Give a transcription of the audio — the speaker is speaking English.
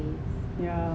yeah